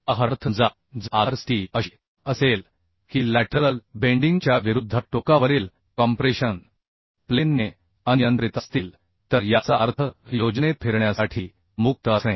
उदाहरणार्थ समजा जर आधार स्थिती अशी असेल की बाजूकडील बेन्डीगच्या विरुद्ध टोकावरील कॉम्प्रेशन प्लेन ने अनियंत्रित असतील तर याचा अर्थ योजनेत फिरण्यासाठी मुक्त असणे